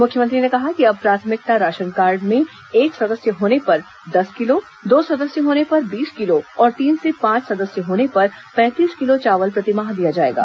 मुख्यमंत्री ने कहा कि अब प्राथमिकता राशनकार्ड में एक सदस्य होने पर दस किलो दो सदस्य होने पर बीस किलो और तीन से पांच सदस्य होने पर पैंतीस किलो चावल प्रतिमाह दिया जाएगा